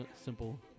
simple